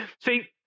See